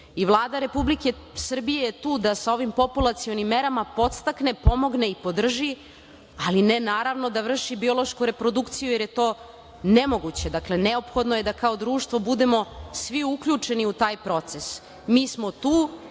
Vlada Republike Srbije je tu da sa ovim populacionim merama podstakne, pomogne i podrži, ali ne naravno da vrši biološku reprodukciju jer je to nemoguće. Dakle, neophodno je da kao društvo budemo svi uključeni u taj proces. Mi smo tu